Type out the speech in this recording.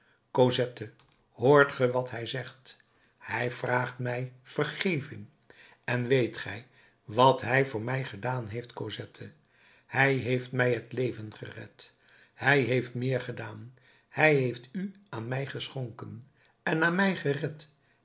cosette hoort ge wat hij zegt hij vraagt mij vergeving en weet gij wat hij voor mij gedaan heeft cosette hij heeft mij het leven gered hij heeft meer gedaan hij heeft u aan mij geschonken en na mij gered